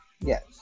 yes